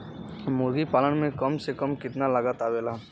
मुर्गी पालन में कम से कम कितना लागत आवेला?